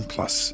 Plus